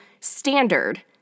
standard